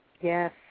Yes